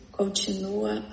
continua